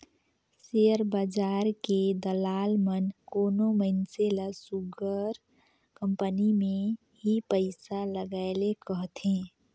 share बजार के दलाल मन कोनो मइनसे ल सुग्घर कंपनी में ही पइसा लगाए ले कहथें